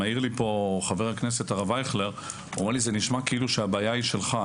מעיר לי פה חבר הכנסת הרב אייכלר: זה נשמע כאילו הבעיה היא שלך.